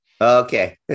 Okay